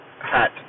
hat